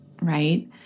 right